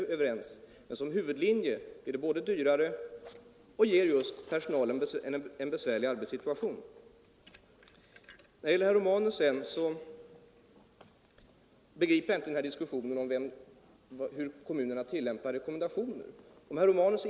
Är det ett skenproblem?